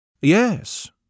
Yes